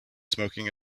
smoking